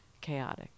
chaotic